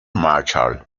marshall